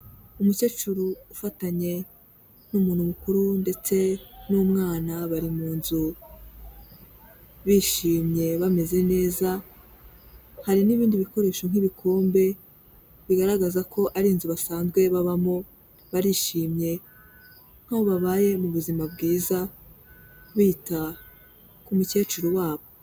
Umukecuru ufatanye n'umuntu mukuru ndetse n'umwana bari mu nzu, bishimye bameze neza, hari n'ibindi bikoresho nk'ibikombe, bigaragaza ko ari inzu basanzwe babamo, barishimye nkaho babaye mu buzima bwiza, bita ku mukecuru wabo.